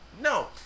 no